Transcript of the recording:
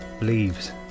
Leaves